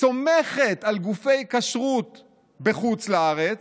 סומכת על גופי כשרות בחוץ לארץ,